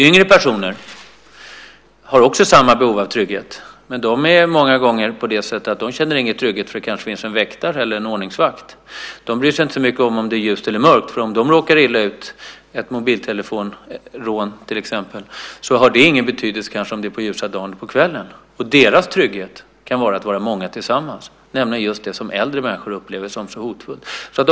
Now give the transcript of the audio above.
Yngre personer har samma behov av trygghet, men de känner kanske inte trygghet därför att det finns en väktare eller en ordningsvakt. De bryr sig inte om så mycket om det är ljust eller mörkt, för om de råkar illa ut, till exempel ett mobiltelefonrån, har det kanske ingen betydelse om det är på ljusa dagen eller på kvällen. Deras trygghet kan vara att vara många tillsammans, nämligen just det som äldre människor upplever som så hotfullt.